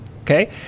okay